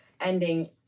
ending